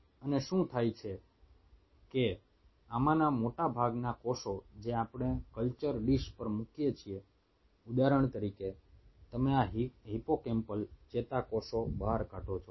અને શું થાય છે કે આમાંના મોટાભાગના કોષો જે આપણે કલ્ચર ડીશ પર મૂકીએ છીએ ઉદાહરણ તરીકે તમે આ હિપ્પોકેમ્પલ ચેતાકોષો બહાર કાઢો છો